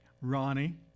Ronnie